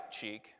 cheek